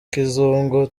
kizungu